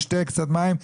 ישתה קצת מים,